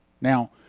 Now